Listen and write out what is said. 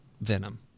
Venom